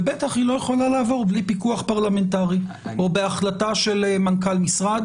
ובטח היא לא יכולה לעבור בלי פיקוח פרלמנטרי או בהחלטה של מנכ"ל משרד.